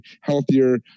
healthier